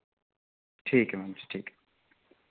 ठीक ऐ मैम जी ठीक ऐ